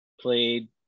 played